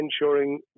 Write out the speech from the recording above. ensuring